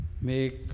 make